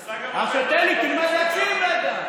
אז אולי, תן לי, תלמד להקשיב רגע.